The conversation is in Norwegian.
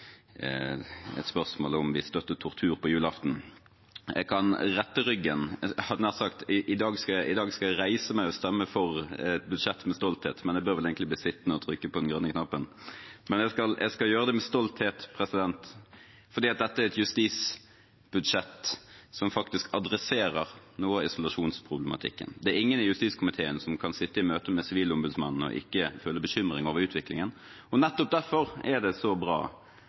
et spørsmål om vi støttet tortur på julaften. Jeg kan rette ryggen. I dag skulle jeg reist meg og stemt for et budsjett med stolthet, men jeg bør vel egentlig bli sittende og trykke på den grønne knappen. Men jeg skal gjøre det med stolthet. Dette er et justisbudsjett som faktisk adresserer noe av isolasjonsproblematikken. Det er ingen i justiskomiteen som kan sitte i møte med Sivilombudsmannen og ikke føle bekymring over utviklingen. Nettopp derfor er det så bra